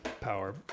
power